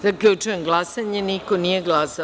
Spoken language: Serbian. Zaključujem glasanje: niko nije glasao.